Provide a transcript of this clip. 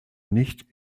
nicht